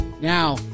Now